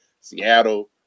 Seattle